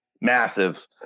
massive